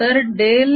तर डेल